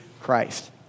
christ